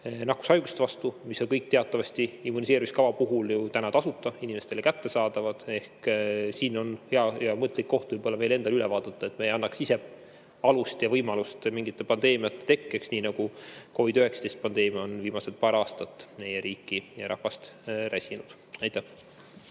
nakkushaiguste vastu. See on kõik teatavasti immuniseerimiskava puhul tasuta inimestele kättesaadav. Ehk siin on hea mõttekoht võib‑olla meil endal üle vaadata, et me ei annaks ise alust ja võimalust mingite pandeemiate tekkeks, nii nagu COVID-19 pandeemia on viimased paar aastat meie riiki ja rahvast räsinud.